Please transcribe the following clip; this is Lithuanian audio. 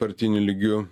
partiniu lygiu